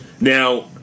Now